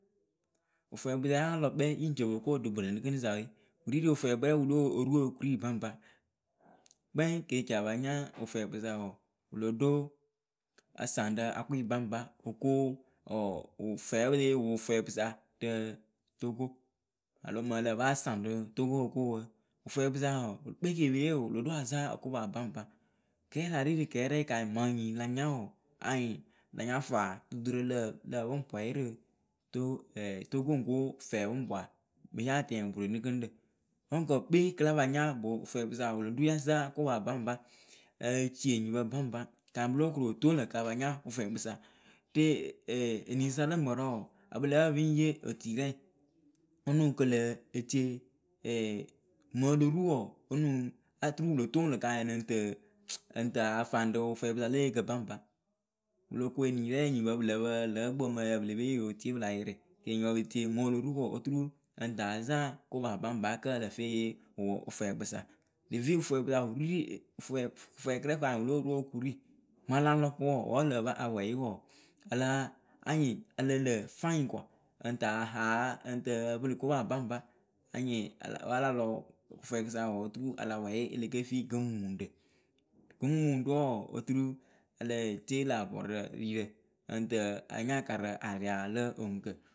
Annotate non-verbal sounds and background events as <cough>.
wɨfwɛɛkpɨ sa ya lɔ kpɛŋ yɨŋ copoko ɖɨ boronikɨŋɖɨsa we, wɨ ri rɨ wɨfwɛɛkpǝ rɛŋ wɨ lóo ru okuri baŋba. Kpɛŋ ke capa nya wɨfwɛɛkpɨ sa wɔɔ wɨlo ɖo asaŋɖɨ akʊŋyɩ baŋba oko <hesitation> ɔɔ wɨ fɛɛwe pɨ lée yee wʊ wɨfwɛɛkpɨ sa rɨ Togo alo mɨŋ ǝ lǝ́ǝ pɨ asaŋ rɨ Togo oko wǝǝ. wɨfwɛɛkpɨ sa wɔɔ pe kpe yee wɔɔ wɨlo azaŋ kopa baŋba kɛsa rɩ rɨ kɛrɛŋ kanyɩŋ mɨŋ nyii la nya anyɩ la nya faa dudurǝ lǝ lǝ pɨŋ pwɛyɩ rɨ to <hesitation> Togo ŋ ko fɛpʊŋpwa miɨ ya tɛŋ boronigɨŋɖǝ. dɔŋkǝ kpeŋ kɨ ya pa nya gbɨ wɨfwɛɛkpɨ sa wɔɔ wɨlo ɖo ya zaŋ kopa baŋba ǝcienyipǝ baŋba kanyɩŋ pɨlo korɨ toŋlǝ kapanya wɨfwɛɛkpɨ sa re <hesitation> enisa lǝ mǝrǝ wɔɔ ya pɨ lǝ́ǝ pɨŋ yee otirɛŋ onuŋ kɨ lǝ etie <hesitation> mɨŋ oloru wɔɔ onuŋ aturuwɨlo toŋ lǝ kanyɩŋ alɨŋ tɨ ǝŋ tɨ afaŋ rɨ wɨfwɛɛkpɨ sa le eyeekǝ baŋba wɨlo kuŋ enirɛŋ enyipǝ pɨ lǝ pɨ lǝkpǝŋ mǝǝyǝ pɨ le pe yee yotiye pɨla yɩrɩ mɩɨ oloru wɔɔ oturu ǝŋ tɨ azaŋ kopa baŋba kǝ ǝlǝ feyee wʊ ɨfwɛɛkpɨ sa ɖevie wʊfwɛɛkpɨ sa wɨri <hesitation> fwɛ fwɛkɨrɛŋ kanyɩŋ wɨ lóo ru okuri maŋ alalɔkpɨ wɔɔ wǝ ǝ lǝ́ǝ pɨ apwɛyɩ wɔɔ ala anyiŋ ǝ lǝ lǝ fanyɩŋ kɔa ǝŋ ta haa ǝŋ tɨ ǝpɨlǝ kopa baŋba anyɩŋ ala wǝ al lɔ kɨfwɛɛkɨ sa oturu alapwɛyɩ eleke fi gɨŋmumuŋɖǝ. Gɨŋmumuŋɖɨwe wɔɔ oturu e leǝ́ǝ tie la vɔɖǝ ri rɨ ǝŋ tɨ a nyaaka rɨ aria lǝ oŋuŋkǝ.